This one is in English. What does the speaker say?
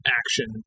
action